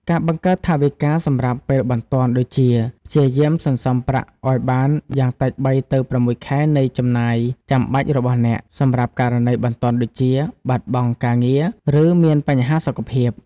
ការបង្កើតថវិការសម្រាប់ពេលបន្ទាន់ ដូចជា ព្យាយាមសន្សំប្រាក់ឱ្យបានយ៉ាងតិច ៣ ទៅ ៦ ខែនៃចំណាយចាំបាច់របស់អ្នក សម្រាប់ករណីបន្ទាន់ដូចជា បាត់បង់ការងារ ឬមានបញ្ហាសុខភាព។